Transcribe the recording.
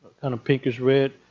kind of peak is red.